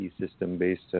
system-based